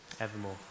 evermore